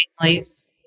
families